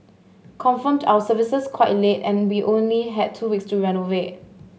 confirmed our services quite late and we only had two weeks to renovate